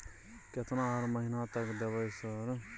केतना हर महीना तक देबय सर?